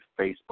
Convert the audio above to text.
Facebook